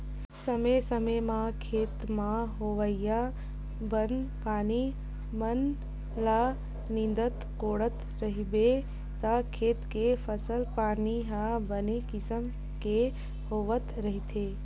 समे समे म खेत म होवइया बन पानी मन ल नींदत कोड़त रहिबे त खेत के फसल पानी ह बने किसम के होवत रहिथे